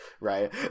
right